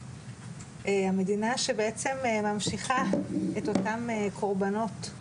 המדינה שבעצם ממשיכה את אותם קורבנות,